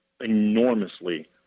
enormously